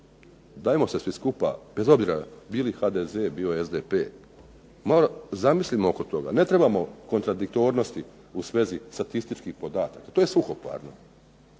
Dajmo se svi skupa bez obzira HDZ bio SDP zamislimo oko toga. Ne trebamo kontradiktornosti u svezi statističkih podataka, to je suhoparno.